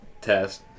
test